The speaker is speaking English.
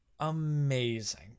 amazing